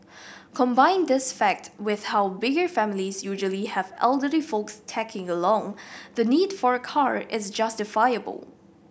combine this fact with how bigger families usually have elderly folks tagging along the need for a car is justifiable